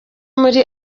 muri